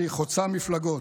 שהיא חוצה מפלגות,